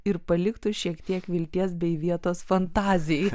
ir paliktų šiek tiek vilties bei vietos fantazijai